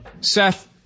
Seth